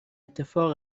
اتفاق